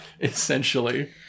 Essentially